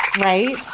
Right